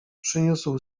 przyniósł